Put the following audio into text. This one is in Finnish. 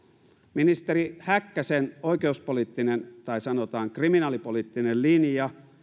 ministeri häkkäsen oikeuspoliittinen tai sanotaan kriminaalipoliittinen linja